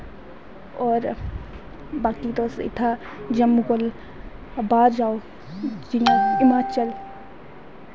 होर बाकी तुस इत्थें जम्मू कोला बाह्र जाओ जियां हिमाचल